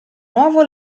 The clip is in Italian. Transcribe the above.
nuovo